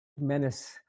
menace